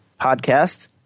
podcast